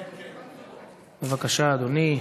בבקשה, אדוני.